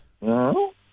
No